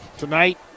Tonight